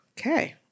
okay